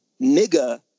nigga-